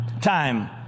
time